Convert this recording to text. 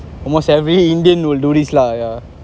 almost every indian will do this lah yeah